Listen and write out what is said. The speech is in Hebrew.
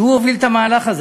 שהוביל את המהלך הזה.